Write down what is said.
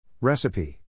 Recipe